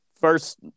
First